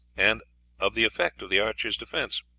and of the effect of the archers' defence.